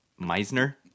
Meisner